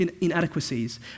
inadequacies